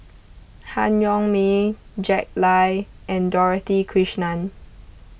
Han Yong May Jack Lai and Dorothy Krishnan